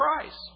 Christ